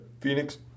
Phoenix